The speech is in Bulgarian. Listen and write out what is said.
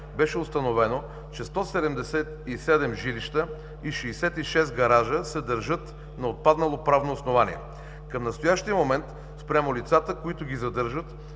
беше установено, че 177 жилища и 66 гаража се държат на отпаднало правно основание. Към настоящия момент спрямо лицата, които ги задържат,